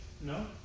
no